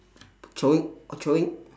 throwing throwing